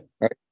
right